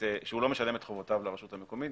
לא משלם את חובותיו לרשות המקומית.